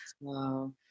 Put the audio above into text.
Wow